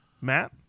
Matt